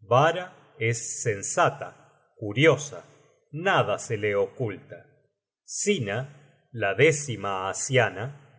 vara es sensata curiosa nada se la oculta syna la décima asiana